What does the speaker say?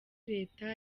leta